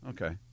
Okay